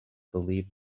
believed